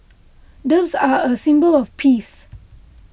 doves are a symbol of peace